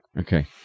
Okay